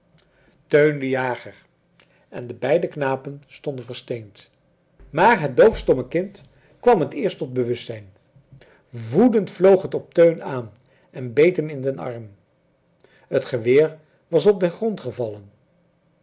teun de jager en de beide knapen stonden versteend maar het doofstomme kind kwam het eerst tot bewustzijn woedend vloog het op teun aan en beet hem in den arm het geweer was op den grond gevallen